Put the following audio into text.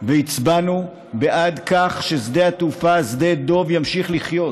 והצבענו בעד זה ששדה התעופה שדה דב ימשיך לחיות,